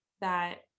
that-